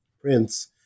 prince